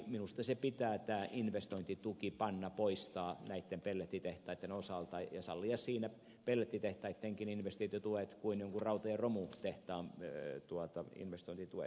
minusta pitää tämä investointitukipanna poistaa näitten pellettitehtaiden osalta ja sallia pellettitehtaittenkin investointituet siinä kuin jonkun rauta ja romutehtaan investointituet